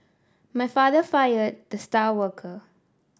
my father fired the star worker